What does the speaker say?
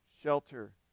shelter